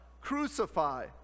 crucify